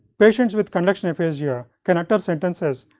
patients with conduction aphasia, can utter sentences,